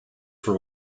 for